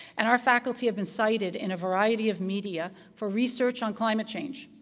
and our faculty have been cited in a variety of media for research on climate change,